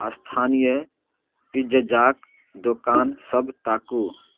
स्थानीय पिज्जाक दोकान सभ ताकू